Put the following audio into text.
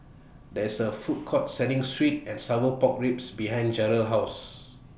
There IS A Food Court Selling Sweet and Sour Pork Ribs behind Jarrell's House